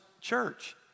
church